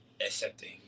accepting